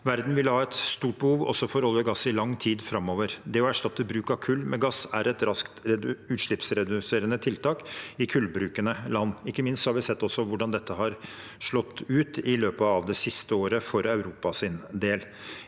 Verden vil ha et stort behov for også olje og gass i lang tid framover. Det å erstatte bruk av kull med gass er et raskt utslippsreduserende tiltak i kullbrukende land. Ikke minst har vi sett hvordan dette har slått ut i løpet av det siste året for Europas del.